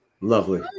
Lovely